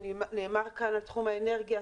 ונאמר כאן על תחום האנרגיה,